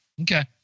Okay